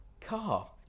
car